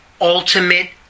ultimate